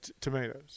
tomatoes